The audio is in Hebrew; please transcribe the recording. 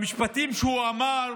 המשפטים שהוא אמר,